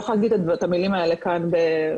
יכולה להגיד את המילים האלה כאן בפניכם,